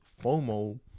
FOMO